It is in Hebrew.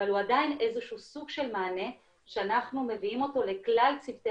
אבל הוא עדיין איזה שהוא סוג של מענה שאנחנו מביאים אותו לכלל צוותי